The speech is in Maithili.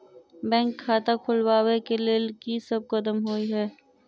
बैंक खाता खोलबाबै केँ लेल की सब कदम होइ हय?